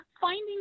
finding